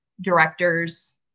directors